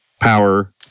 power